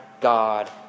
God